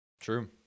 True